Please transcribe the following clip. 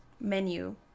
Menu